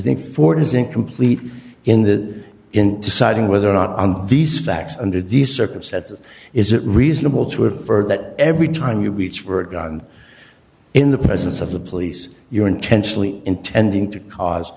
think ford is incomplete in that in deciding whether or not on these facts under these circumstances is it reasonable to infer that every time you reach for a gun in the presence of the police you're intentionally intending to cause